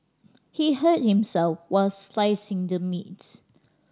he hurt himself while slicing the meats